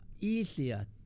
easier